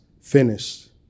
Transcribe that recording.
finished